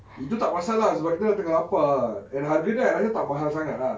itu tak perasan lah sebab kita dah tengah lapar ah and harga dia harga tak mahal sangat lah